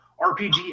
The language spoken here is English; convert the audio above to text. RPG